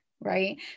right